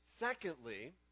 Secondly